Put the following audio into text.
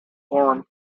forum